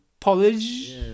Polish